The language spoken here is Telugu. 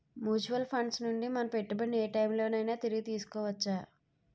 మ్యూచువల్ ఫండ్స్ నుండి మన పెట్టుబడిని ఏ టైం లోనైనా తిరిగి తీసుకోవచ్చా?